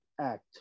act